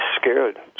scared